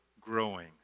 growing